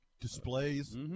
Displays